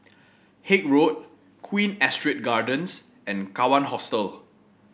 Haig Road Queen Astrid Gardens and Kawan Hostel